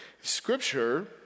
Scripture